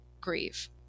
grieve